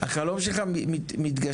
החלום שלך מתגשם.